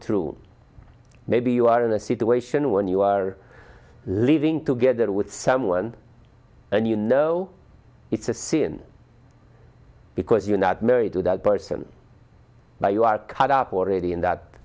to maybe you are in a situation when you are living together with someone and you know it's a sin because you are not married to that person by you are caught up already in that